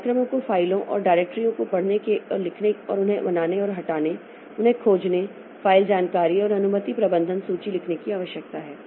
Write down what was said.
कार्यक्रमों को फ़ाइलों और डायरेक्टरीओं को पढ़ने और लिखने और उन्हें बनाने और हटाने उन्हें खोजने फ़ाइल जानकारी और अनुमति प्रबंधन सूची लिखने की आवश्यकता है